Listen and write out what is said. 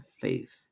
faith